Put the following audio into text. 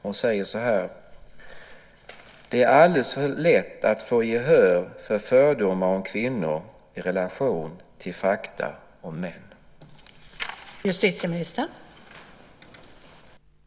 Hon säger: "Det är alldeles för lätt att få gehör för fördomar om kvinnor i relation till fakta om män."